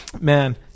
Man